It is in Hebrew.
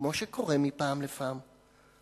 כמו שקורה מפעם לפעם.